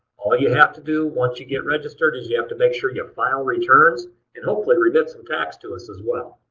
all you have to do once you get registered is you have to make sure you file returns and hopefully remit some tax to us as well.